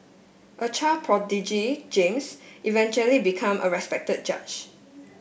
a child prodigy James eventually become a respected judge